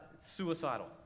suicidal